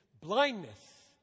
blindness